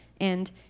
and